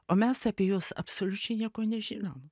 o mes apie juos absoliučiai nieko nežinom